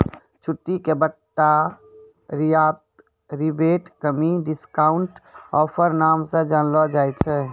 छूट के बट्टा रियायत रिबेट कमी डिस्काउंट ऑफर नाम से जानलो जाय छै